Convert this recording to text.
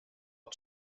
opt